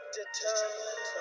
determined